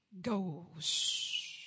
goes